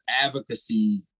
advocacy